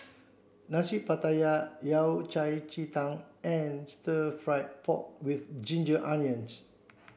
Nasi Pattaya Yao Cai Ji Tang and stir fried pork with ginger onions